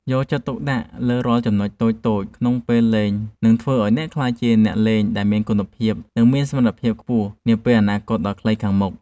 យកចិត្តទុកដាក់លើរាល់ចំណុចតូចៗក្នុងពេលលេងនឹងធ្វើឱ្យអ្នកក្លាយជាអ្នកលេងដែលមានគុណភាព និងមានសមត្ថភាពខ្ពស់នាពេលអនាគតដ៏ខ្លីខាងមុខ។